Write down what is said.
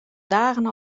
dagen